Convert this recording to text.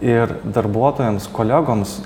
ir darbuotojams kolegoms